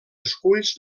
esculls